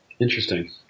Interesting